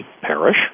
parish